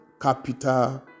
capital